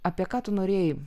apie ką tu norėjai